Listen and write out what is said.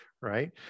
right